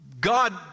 God